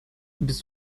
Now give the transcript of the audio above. bist